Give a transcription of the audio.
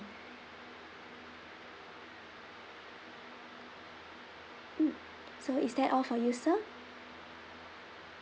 mm so is that all for you sir